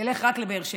תלך רק לבאר שבע.